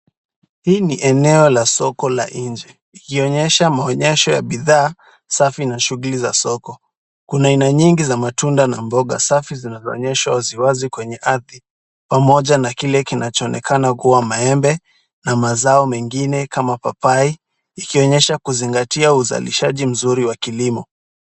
Hii ni eneo la soko la nje, ikionyesha maonyesho ya bidhaa safi na shughuli za soko. Kuna aina nyingi za matunda na mboga safi zinazo onyeshwa waziwazi kwenye ardhi, pamoja na kile kinacho onekana kuwa maembe na mazao mengine kama papai, ikionyesha kuzingatia uzalishaji mzuri wa kilimo.